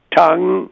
tongue